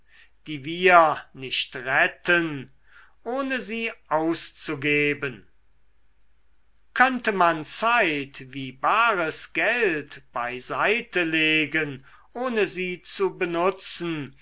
die wir nicht retten ohne sie auszugeben könnte man zeit wie bares geld beiseitelegen ohne sie zu benutzen